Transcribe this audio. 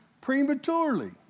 prematurely